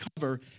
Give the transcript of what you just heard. cover